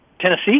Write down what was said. Tennessee